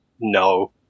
no